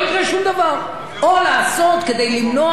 או לעשות כדי למנוע את ההמשך,